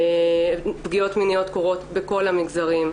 פגיעות מיניות קורות בכל המגזרים,